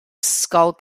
ysgol